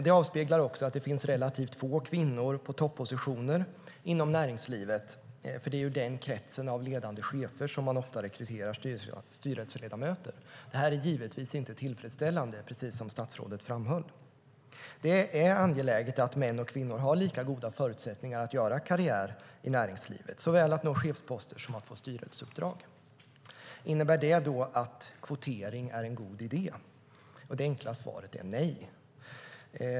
Det avspeglar också att det finns relativt få kvinnor på toppositioner inom näringslivet, för det är ju från den kretsen av ledande chefer som man ofta rekryterar styrelseledamöter. Det är givetvis inte tillfredsställande, precis som statsrådet framhöll. Det är angeläget att män och kvinnor har lika goda förutsättningar att göra karriär i näringslivet, såväl att nå chefsposter som att få styrelseuppdrag. Innebär det då att kvotering är en god idé? Det enkla svaret är nej.